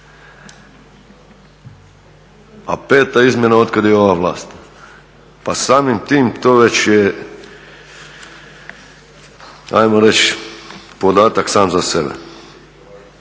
A 5. izmjena od kad je ova vlast. Pa samim tim to već je, ajmo reći, podatak sam za sebe.